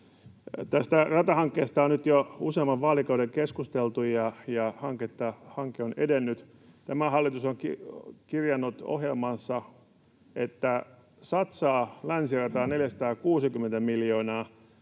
Tästä ratahankkeesta on nyt jo useamman vaalikauden keskusteltu, ja hanke on edennyt. Tämä hallitus on kirjannut ohjelmaansa, että se satsaa länsirataan 460 miljoonaa.